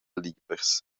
libers